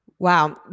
Wow